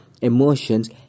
emotions